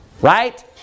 right